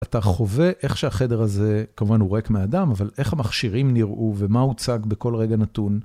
אתה חווה איך שהחדר הזה, כמובן הוא ריק מהאדם, אבל איך המכשירים נראו ומה הוצג בכל רגע נתון.